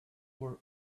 were